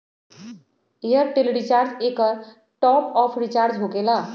Airtel recharge एकर top off recharge होकेला?